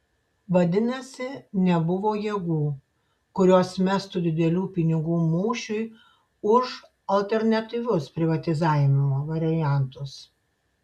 vadinasi nebuvo jėgų kurios mestų didelių pinigų mūšiui už alternatyvius privatizavimo variantus